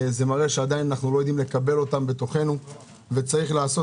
זה מראה שאנו עדיין לא יודעים לקבל אותם בתוכנו וצריך לעשות